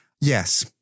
Yes